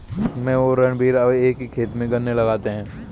मैं और रणधीर अब एक ही खेत में गन्ने लगाते हैं